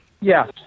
Yes